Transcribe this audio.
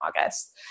August